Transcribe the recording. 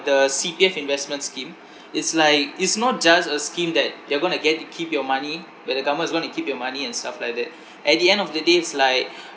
the C_P_F investment scheme it's like it's not just a scheme that they're going to get to keep your money where the government is going to keep your money and stuff like that at the end of the day is like